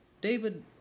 David